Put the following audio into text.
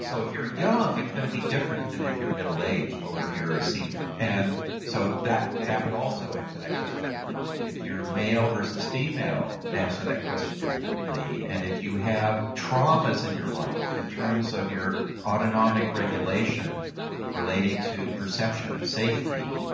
so if you're young, it's going to be different than if you're middle aged, or if you're a senior. and so that that would also answer that question differently. if you're male versus female, answer that question differently. and if you have traumas in your life, in terms of your autonomic regulation relating to perception of safety,